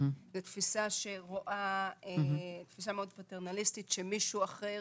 זאת תפיסה מאוד פטרנליסטית, שמישהו אחר